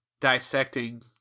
dissecting